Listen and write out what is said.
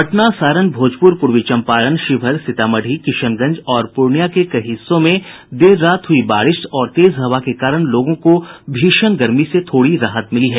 पटना सारण भोजपुर पूर्वी चंपारण शिवहर सीतामढ़ी किशनगंज और पूर्णिया के कई हिस्सों में देर रात हुई बारिश और तेज हवा के कारण लोगों को भीषण गर्मी से थोड़ी राहत मिली है